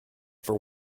for